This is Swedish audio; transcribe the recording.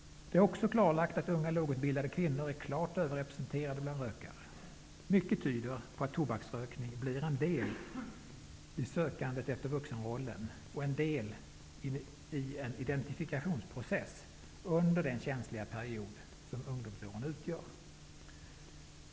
Det är också klarlagt att unga lågutbildade kvinnor är klart överrepresenterade bland rökare. Mycket tyder på att tobaksrökning blir en del i sökandet efter vuxenrollen och en del i en identifikationsprocess under den känsliga period som ungdomsåren utgör.